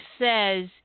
says